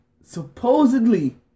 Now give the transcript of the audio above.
supposedly